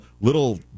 little